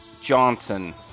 Johnson